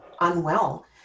unwell